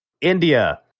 India